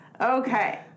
Okay